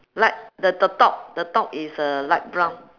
like the the top the top is uh light brown